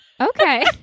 okay